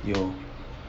有